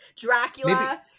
Dracula